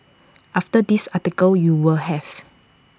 after this article you will have